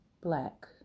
black